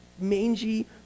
mangy